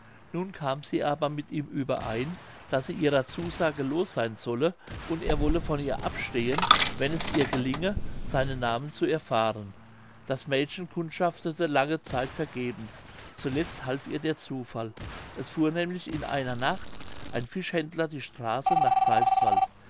nun kam sie aber mit ihm überein daß sie ihrer zusage los seyn solle und er wolle von ihr abstehen wenn es ihr gelinge seinen namen zu erfahren das mädchen kundschaftete lange zeit vergebens zuletzt half ihr der zufall es fuhr nämlich in einer nacht ein fischhändler die straße nach greifswald